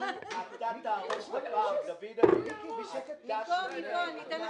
אתרים לאומיים ואתרי הנצחה (תיקון מס' 17) (תכנית